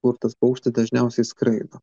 kur tas paukštis dažniausiai skraido